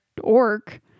orc